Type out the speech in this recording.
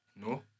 No